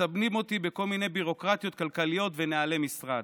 מסבנים אותי בכל מיני ביורוקרטיות כלכליות ונוהלי משרד.